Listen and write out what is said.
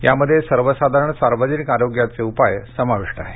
यामध्ये सर्वसाधारण सार्वजनिक आरोग्याचे उपाय समाविष्ट आहेत